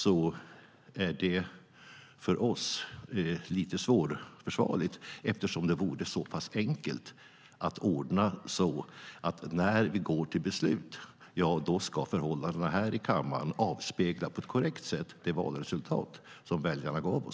För oss är det lite svårt att försvara eftersom det vore så pass enkelt att ordna. När vi går till beslut ska förhållandena här i kammaren på ett korrekt sätt avspegla det valresultat som väljarna gav oss.